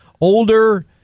older